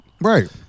Right